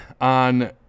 on